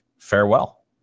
farewell